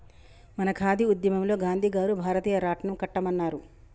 మన ఖాదీ ఉద్యమంలో గాంధీ గారు భారతీయ రాట్నం కట్టమన్నారు